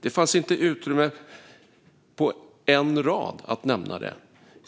Det fanns inte utrymme på en enda rad att nämna det